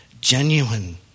genuine